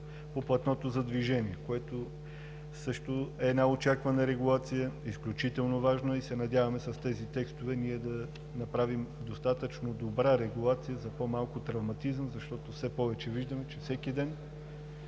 по платното за движение, което също е една очаквана регулация, изключително важна, и се надяваме с тези текстове да направим достатъчно добра регулация за по-малко травматизъм, защото все повече виждаме, че всеки ден